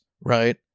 right